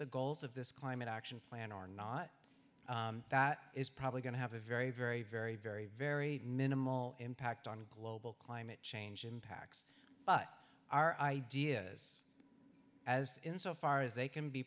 the goals of this climate action plan or not that is probably going to have a very very very very very minimal impact on global climate change impacts but our ideas as in so far as they can be